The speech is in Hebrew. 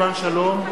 שלום,